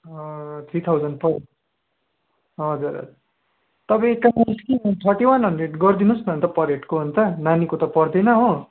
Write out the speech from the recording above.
three thousand पर हजुर हजुर तपाईँ एक काम गर्नुहोस् कि थर्टी वान हन्ड्रेड गरिदिनु होस् न अन्त पर हेडको अन्त नानीको त पर्दैन हो